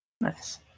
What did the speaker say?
nice